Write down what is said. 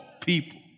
people